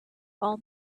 all